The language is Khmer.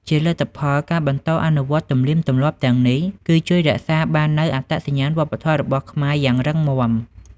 ជាលទ្ធផល ការបន្តអនុវត្តទំនៀមទម្លាប់ទាំងនេះ គឺជួយ រក្សាបាននូវអត្តសញ្ញាណវប្បធម៌របស់ខ្មែរ យ៉ាងរឹងមាំ។